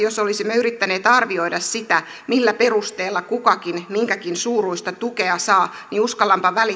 jos olisimme yrittäneet arvioida sitä millä perusteella kukakin minkäkin suuruista tukea saa niin uskallanpa